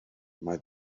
mae